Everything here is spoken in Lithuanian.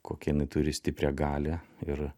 kokią jinai turi stiprią galią ir